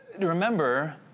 remember